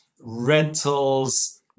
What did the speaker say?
rentals